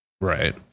Right